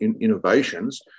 innovations